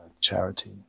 charity